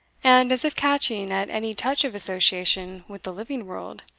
and, as if catching at any touch of association with the living world,